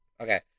Okay